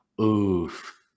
oof